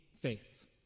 faith